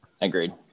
agreed